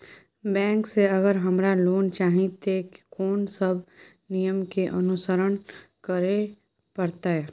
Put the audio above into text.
Bank से अगर हमरा लोन चाही ते कोन सब नियम के अनुसरण करे परतै?